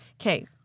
Okay